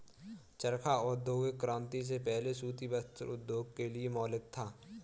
चरखा औद्योगिक क्रांति से पहले सूती वस्त्र उद्योग के लिए मौलिक था